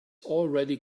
already